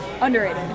Underrated